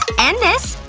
and this